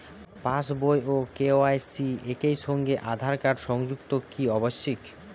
পাশ বই ও কে.ওয়াই.সি একই সঙ্গে আঁধার কার্ড সংযুক্ত কি আবশিক?